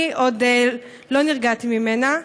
אני עוד לא נרגעתי ממנה.